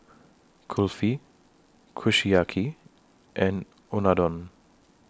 Kulfi Kushiyaki and Unadon